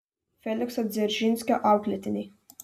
felikso dzeržinskio auklėtiniai